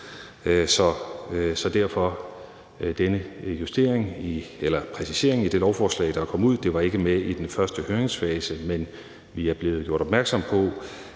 vi denne præcisering i det lovforslag, der er blevet fremsat. Det var ikke med i den første høringsfase, men vi er blevet gjort opmærksom på,